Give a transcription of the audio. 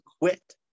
quit